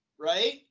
right